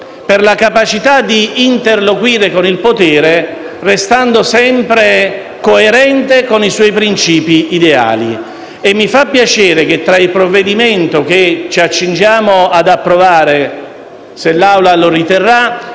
e la capacità d'interloquire con il potere, restando sempre coerente con i suoi principi ideali. Mi fa piacere che nel provvedimento che ci accingiamo ad approvare, se l'Assemblea lo riterrà,